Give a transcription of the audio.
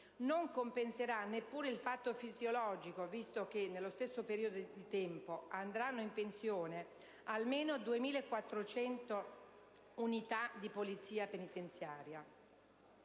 non compenserà neppure il fatto fisiologico, visto che nello stesso periodo di tempo andranno in pensione almeno 2.400 unità di polizia penitenziaria.